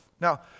Now